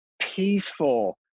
peaceful